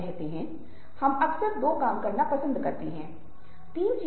अगर आप दूसरों के साथ साझा नहीं करते तो आप नहीं बचते